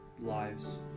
lives